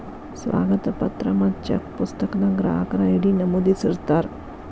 ಸ್ವಾಗತ ಪತ್ರ ಮತ್ತ ಚೆಕ್ ಪುಸ್ತಕದಾಗ ಗ್ರಾಹಕರ ಐ.ಡಿ ನಮೂದಿಸಿರ್ತಾರ